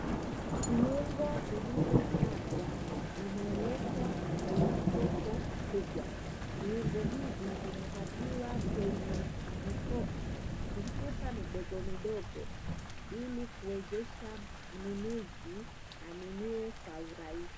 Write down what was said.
Viungo vilivyosagwa nimewekwa kwenye soko kubwa. Viungo hivi vimepakiwa kwenye vichupa midogo midogo ili kuwezesha mnunuzi avinunue kwa urahisi.